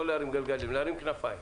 לא להרים גלגלים, להרים כנפיים.